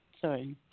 Sorry